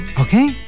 okay